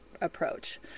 approach